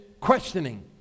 questioning